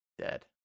dead